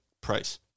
Price